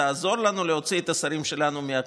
תעזור לנו להוציא את השרים שלנו מהכנסת.